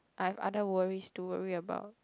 I've other worries to worry about